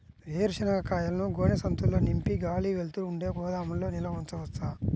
వేరుశనగ కాయలను గోనె సంచుల్లో నింపి గాలి, వెలుతురు ఉండే గోదాముల్లో నిల్వ ఉంచవచ్చా?